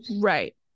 Right